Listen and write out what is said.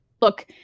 Look